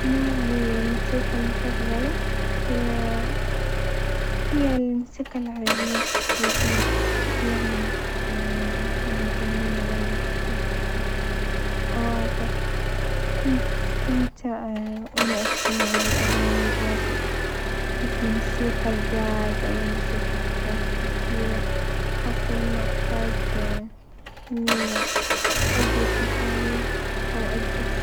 نوع الموسيقى المفظلة هي هي الموسيقى العربية التقليدية، أحب الأغاني القديمة والألحان الجميلة اللي تحمل قصص وعواطف، كنت أستمتع وأنا أستمع للأغاني الهادية مثل موسيقى الجاز أو الموسيقى التقليدية، خاصة لما أحتاج إني أجلس لحالي أو أدرس.